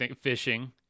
fishing